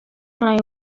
roi